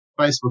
Facebook